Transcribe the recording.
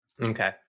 Okay